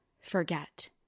forget